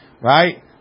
Right